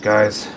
guys